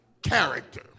Character